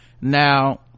now